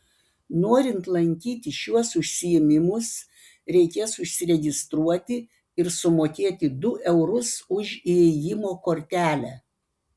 norint lankyti šiuos užsiėmimus reikės užsiregistruoti ir sumokėti du eurus už įėjimo kortelę